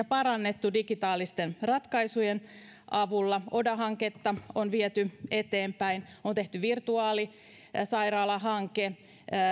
parannettu digitaalisten ratkaisujen avulla oda hanketta on viety eteenpäin on tehty virtuaalisairaala hanke